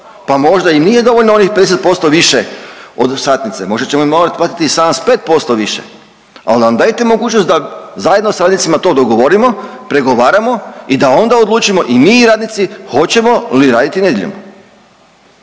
pa možda i nije dovoljno onih 50% više od satnice, možda ćemo im morati platiti i 75% više, ali nam dajte mogućnost da zajedno sa radnicima to dogovorimo, pregovaramo i da onda odlučimo i mi i radnici hoćemo li raditi nedjeljom.